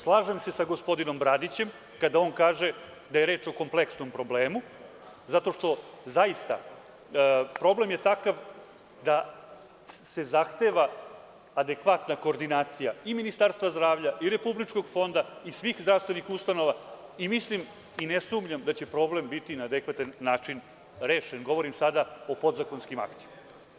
Slažem se sa gospodinom Bradićem kada on kaže da je reč o kompleksnom problemu zato što je zaista problem takav da se zahteva adekvatna koordinacija i Ministarstva zdravlja i Republičkog fonda i svih zdravstvenih ustanova i mislim i ne sumnjam da će problem biti na adekvatan način rešen, govorim sada o podzakonskim aktima.